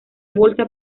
bolsa